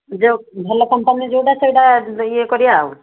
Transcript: ଯେଉଁ ଭଲ କମ୍ପାନୀ ଯେଉଁଟା ସେଇଟା ଇଏ କରିବା ଆଉ